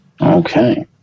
Okay